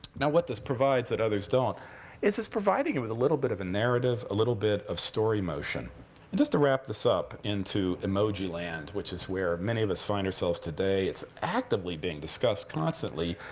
now, what this provides that others don't is it's providing it with a little bit of a narrative, a little bit of story motion. and just to wrap this up into emoji land, which is where many of us find ourselves today it's actively being discussed, constantly.